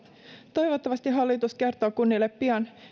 toivottavasti hallitus kertoo kunnille pian